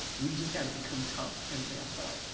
we just gotta become tough and say, i'm sorry,